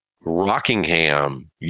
Rockingham